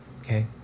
Okay